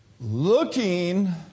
looking